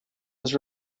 was